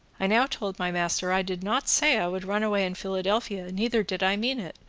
i now told my master i did not say i would run away in philadelphia neither did i mean it,